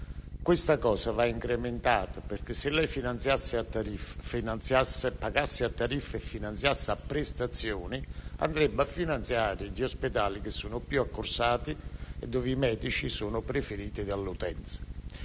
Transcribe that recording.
impostazione va incrementata, perché se lei pagasse a tariffe e a prestazioni, andrebbe a finanziare gli ospedali più accorsati e dove i medici sono preferiti dall'utenza.